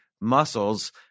muscles